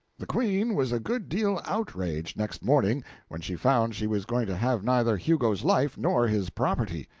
the queen was a good deal outraged, next morning when she found she was going to have neither hugo's life nor his property.